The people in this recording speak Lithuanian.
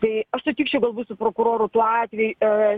tai aš sutikčiau galbūt su prokuroru tuo atveju